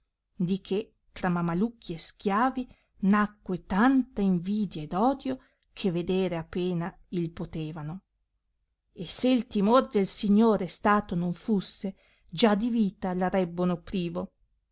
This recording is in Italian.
di che tra mamalucchi e schiavi nacque tanta invidia ed odio che vedere a pena il potevano e se il timor del signore stato non fusse già di vita l arrebbono privo